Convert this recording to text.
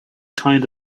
kind